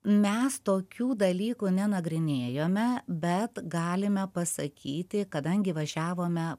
mes tokių dalykų nenagrinėjame bet galime pasakyti kadangi važiavome